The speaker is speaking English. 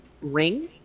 ring